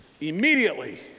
immediately